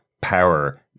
power